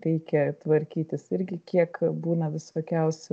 reikia tvarkytis irgi kiek būna visokiausių